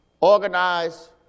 organize